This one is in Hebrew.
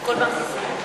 את כל בנק ישראל.